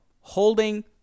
Holding